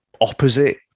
opposite